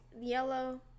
yellow